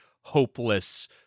hopeless